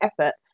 effort